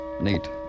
Neat